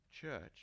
Church